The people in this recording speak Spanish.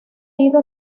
ido